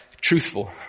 truthful